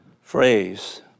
phrase